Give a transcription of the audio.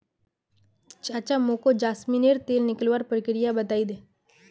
चाचा मोको जैस्मिनेर तेल निकलवार प्रक्रिया बतइ दे